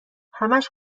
همش